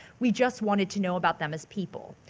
we just wanted to know about them as people.